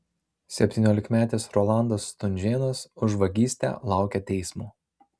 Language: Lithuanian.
septyniolikmetis rolandas stunžėnas už vagystę laukia teismo